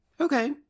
Okay